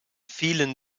fielen